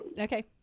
Okay